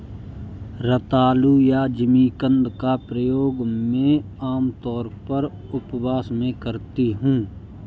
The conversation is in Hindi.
रतालू या जिमीकंद का प्रयोग मैं आमतौर पर उपवास में करती हूँ